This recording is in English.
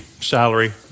salary